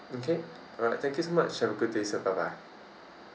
okay alright thank you so much have a good day sir bye bye